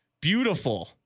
Beautiful